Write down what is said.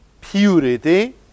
purity